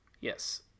Yes